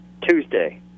Tuesday